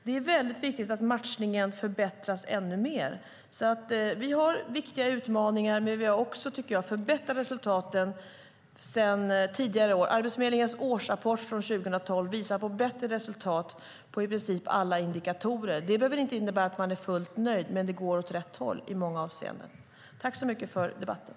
Det är viktigt att matchningen förbättras ännu mer. Vi har viktiga utmaningar, men vi har också förbättrat resultaten sedan tidigare år. Arbetsförmedlingens årsrapport från 2012 visar på bättre resultat för i princip alla indikatorer. Det behöver inte innebära att man är fullt nöjd, men det går i många avseenden åt rätt håll.